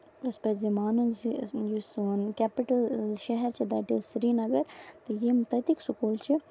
تہٕ اَسہِ پَزِ مانُن زِ یُس سون کیپِٹل شہر چھُ تَتہِ سری نگر تہٕ یِم تَتِکۍ سکوٗل چھِ تٔمۍ